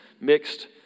mixed